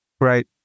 Right